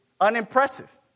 unimpressive